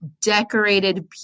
decorated